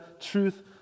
truth